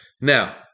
Now